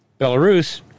Belarus